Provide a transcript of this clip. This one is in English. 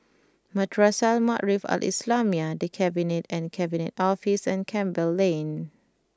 Madrasah Al Maarif Al Islamiah The Cabinet and Cabinet Office and Campbell Lane